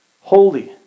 holy